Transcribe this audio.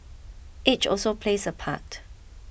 age also plays a part